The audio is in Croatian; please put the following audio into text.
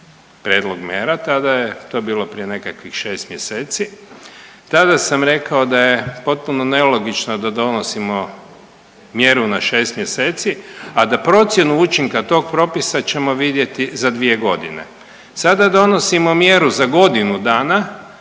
prijedlog mjera tada je to bilo prije nekakvih 6 mjeseci, tada sam rekao da je potpuno nelogično da donosimo mjeru na 6 mjeseci, a da procjenu učinka tog propisa ćemo vidjeti za 2 godine. Sada donosimo mjeru za godinu dana,